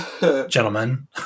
gentlemen